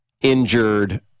injured